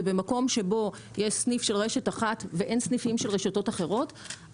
ובמקום שבו יש סניף של רשת אחת ואין סניפים של רשתות אחרות,